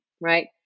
right